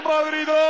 Madrid